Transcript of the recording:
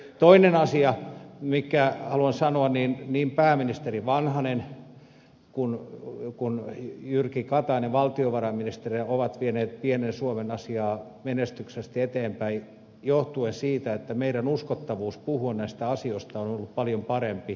toinen asia minkä haluan sanoa on että niin pääministeri vanhanen kuin valtiovarainministeri jyrki katainen ovat vieneet pienen suomen asiaa menestyksellisesti eteenpäin johtuen siitä että meidän uskottavuutemme puhua näistä asioista on ollut paljon parempi kuin monen muun maan